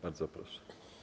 Bardzo proszę.